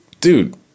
Dude